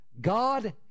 God